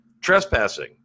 trespassing